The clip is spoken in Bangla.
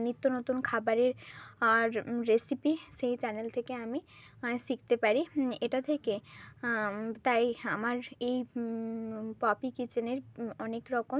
নিত্য নতুন খাবারের আর রেসিপি সেই চ্যানেল থেকে আমি শিখতে পারি এটা থেকে তাই আমার এই পপি কিচেনের অনেক রকম